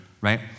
right